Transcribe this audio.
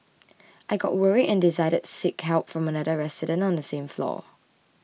I got worried and decided to seek help from another resident on the same floor